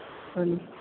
ਹਾਂ